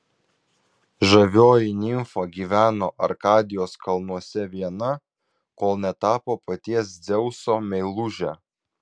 žavioji nimfa gyveno arkadijos kalnuose viena kol netapo paties dzeuso meiluže